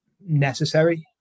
necessary